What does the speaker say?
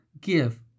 Give